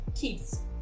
kids